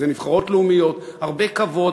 אלה נבחרות לאומיות, הרבה כבוד.